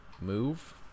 move